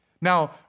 Now